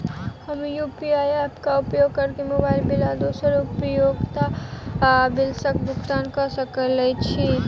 हम UPI app क उपयोग करके मोबाइल बिल आ दोसर उपयोगिता बिलसबक भुगतान कर सकइत छि